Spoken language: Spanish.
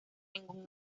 ningún